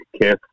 kiss